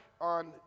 on